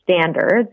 standards